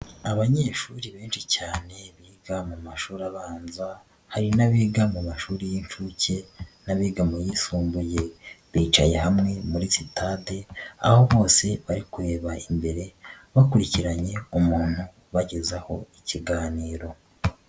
Abanyeshuri benshi cyane biga mu mashuri abanza, hari n'abiga mu mashuri y'inshuke n'abiga mu yisumbuye, bicaye hamwe muri sitade, aho bose bari kureba imbere, bakurikiranye umuntu bagezaho ikiganiro.